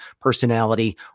personality